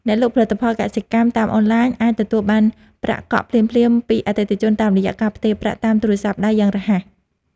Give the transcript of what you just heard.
អ្នកលក់ផលិតផលកសិកម្មតាមអនឡាញអាចទទួលបានប្រាក់កក់ភ្លាមៗពីអតិថិជនតាមរយៈការផ្ទេរប្រាក់តាមទូរស័ព្ទដៃយ៉ាងរហ័ស។